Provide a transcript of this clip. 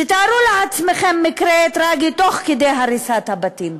תתארו לעצמכם מקרה טרגי תוך כדי הריסת הבתים.